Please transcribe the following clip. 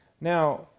Now